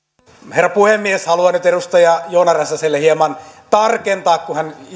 herra puhemies haluan nyt edustaja joona räsäselle hieman tarkentaa kun hän